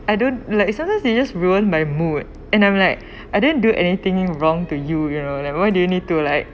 I don't like sometimes they just ruin my mood and I'm like I didn't do anything wrong to you you know like why do you need to like